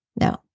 No